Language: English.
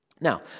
Now